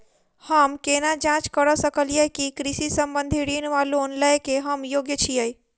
हम केना जाँच करऽ सकलिये की कृषि संबंधी ऋण वा लोन लय केँ हम योग्य छीयै?